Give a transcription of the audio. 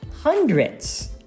hundreds